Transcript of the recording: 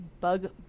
Bug